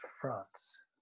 France